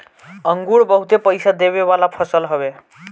अंगूर बहुते पईसा देवे वाला फसल हवे